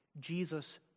Jesus